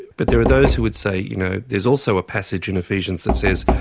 but there are those who would say, you know, there's also a passage in ephesians that says,